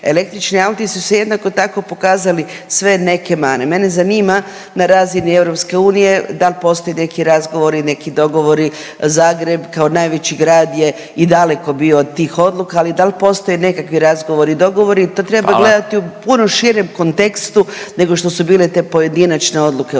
Električni auti su se jednako tako pokazali sve neke mane. Mene zanima na razini EU da li postoje neki razgovori, neki dogovori Zagreb kao najveći grad je i daleko bio od tih odluka, ali da li postoje nekakvi razgovori, dogovori. To treba gledati … …/Upadica Radin: Hvala./… … u puno širem kontekstu nego što su bile te pojedinačne odluke o